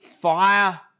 fire